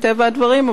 מטבע הדברים,